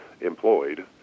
employed